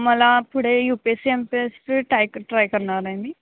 मला पुढे U P S C M P S C टाय ट्राय करणार आहे मी